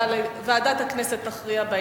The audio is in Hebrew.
ועדת הכנסת נתקבלה.